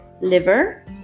liver